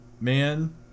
man